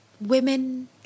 women